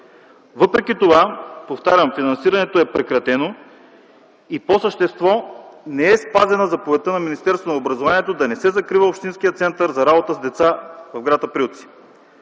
Въпреки това, повтарям, финансирането е прекратено и по същество не е спазена заповедта на Министерството на образованието да не се закрива Общинският център за работа с деца в гр. Априлци.